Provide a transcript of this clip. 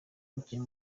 umukinnyi